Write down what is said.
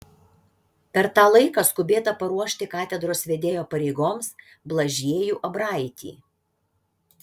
per tą laiką skubėta paruošti katedros vedėjo pareigoms blažiejų abraitį